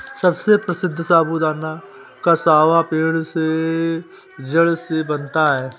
सबसे प्रसिद्ध साबूदाना कसावा पेड़ के जड़ से बनता है